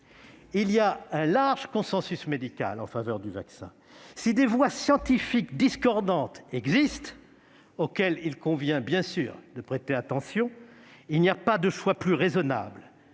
Il y a un large consensus médical en faveur du vaccin. S'il y a des voix scientifiques discordantes, auxquelles il convient, bien sûr, de prêter attention, il n'y a pas de choix plus raisonnable